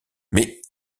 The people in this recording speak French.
mais